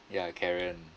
yeah ya karen